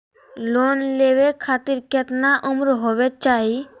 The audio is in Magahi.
लोन लेवे खातिर केतना उम्र होवे चाही?